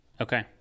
Okay